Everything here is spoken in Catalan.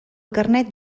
carnet